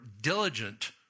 diligent